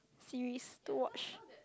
series to watch